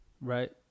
Right